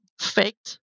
Faked